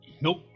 Nope